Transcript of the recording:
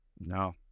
No